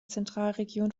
zentralregion